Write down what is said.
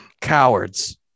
Cowards